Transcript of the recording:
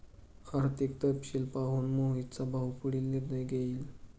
आर्थिक तपशील पाहून मोहितचा भाऊ पुढील निर्णय घेईल